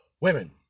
Women